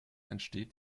entsteht